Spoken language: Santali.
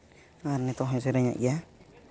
ᱟᱨ ᱱᱤᱛᱳᱜ ᱦᱚᱸᱭ ᱥᱮᱨᱮᱧᱮᱫ ᱜᱮᱭᱟ